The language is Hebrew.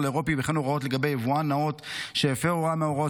האירופי וכן הוראות לגבי יבואן נאות שהפר הוראה מההוראות